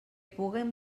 puguen